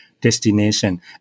destination